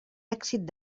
èxit